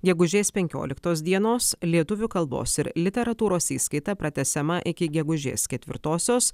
gegužės penkioliktos dienos lietuvių kalbos ir literatūros įskaita pratęsiama iki gegužės ketvirtosios